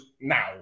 now